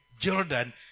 Jordan